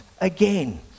again